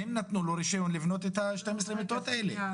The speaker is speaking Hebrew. הם נתנו לו רשיון לבנות את השתיים עשרה מיטות האלה,